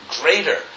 greater